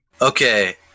Okay